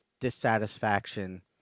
dissatisfaction